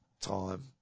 time